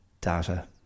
data